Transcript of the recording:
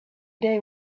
day